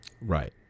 right